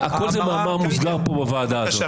הכול זה מאמר מוסגר פה בוועדה הזאת.